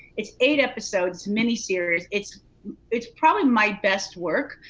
it's eight episodes, mini series. it's it's probably my best work.